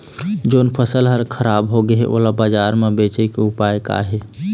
जोन फसल हर खराब हो गे हे, ओला बाजार म बेचे के का ऊपाय हे?